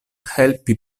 helpi